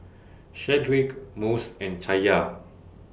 Shedrick Mose and Chaya